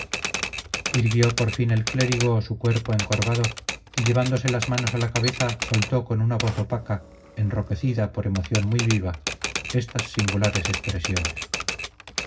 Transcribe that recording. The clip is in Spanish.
irguió por fin el clérigo su cuerpo encorvado y llevándose las manos a la cabeza soltó con voz opaca enronquecida por emoción muy viva estas singulares expresiones